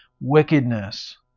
wickedness